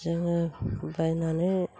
जोङो बायनानै